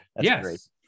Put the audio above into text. Yes